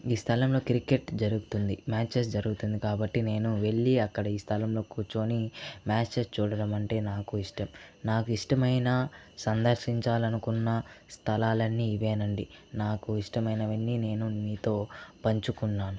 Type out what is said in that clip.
ఈ స్థలంలో క్రికెట్ జరుగుతుంది మ్యాచెస్ జరుగుతుంది కాబట్టి నేను వెళ్లి అక్కడ ఈ స్థలంలో కూర్చొని మ్యాచెస్ చూడడం అంటే నాకు ఇష్టం నాకు ఇష్టమైన సందర్శించాలనుకున్నా స్థలాలన్నీ ఇవేనండి నాకు ఇష్టమైనవన్నీ నేను మీతో పంచుకున్నాను